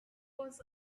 was